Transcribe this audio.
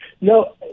No